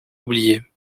oublié